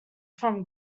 from